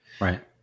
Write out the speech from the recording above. right